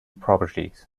properties